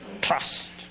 trust